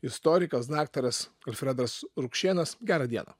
istorikas daktaras alfredas rukšėnas gerą dieną